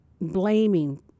blaming